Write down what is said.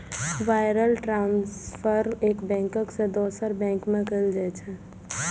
wire transfer एक bank सं दोसर बैंक में कैल जाइ छै